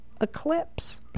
eclipse